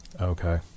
Okay